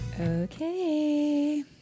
Okay